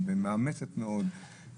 ומאמצת מאוד,